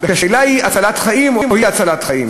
כי השאלה היא הצלת חיים או אי-הצלת חיים.